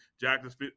Jackson